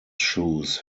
shoes